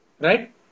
Right